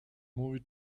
movie